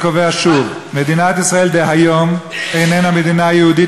אז אני קובע שוב: מדינת ישראל דהיום איננה מדינה יהודית,